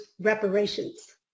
reparations